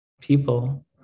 people